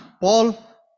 paul